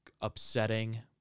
upsetting